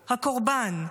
הקורבן.